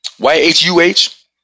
Y-H-U-H